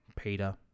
Peter